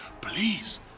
Please